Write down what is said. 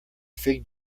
fig